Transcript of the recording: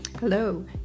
Hello